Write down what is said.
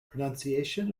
pronunciation